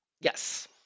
Yes